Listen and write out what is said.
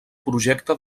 projecte